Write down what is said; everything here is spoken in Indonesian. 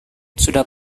sudah